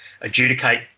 adjudicate